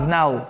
now